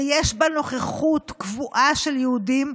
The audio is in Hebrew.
ויש בה נוכחות קבועה של יהודים,